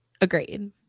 Agreed